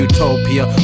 Utopia